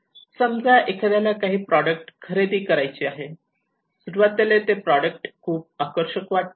समजा एखाद्याला काही प्रॉडक्ट खरेदी करायची आहे सुरुवातीला ते प्रॉडक्ट खूप आकर्षक वाटते